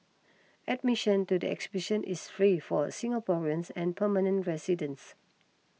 admission to the exhibition is free for Singaporeans and permanent residents